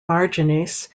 marginis